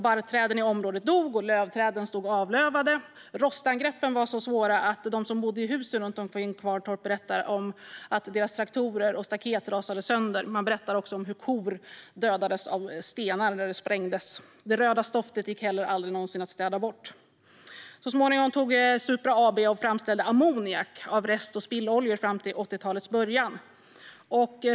Barrträden i området dog, och lövträden stod avlövade. Rostangreppen var så svåra att de som bodde i husen runt omkring Kvarntorp berättar om att deras traktorer och staket rostade sönder. Man berättar också om hur kor dödades av stenar när det sprängdes. Det röda stoftet gick inte heller någonsin att städa bort. Så småningom tog Supra AB över och framställde ammoniak av rest och spilloljor fram till 1980-talets början.